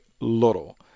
Little